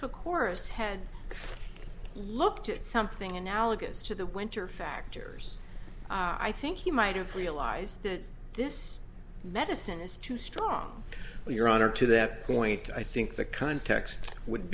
took a course had looked at something analogous to the winter factors i think you might have realized that this medicine is too strong your honor to that point i think the context would